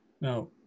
Now